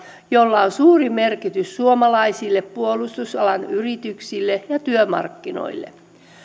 jolla on suuri merkitys suomalaisille puolustusalan yrityksille ja työmarkkinoille